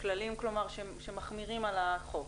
כללים כלומר שמחמירים על החוק.